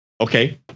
Okay